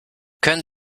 können